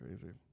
Crazy